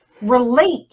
relate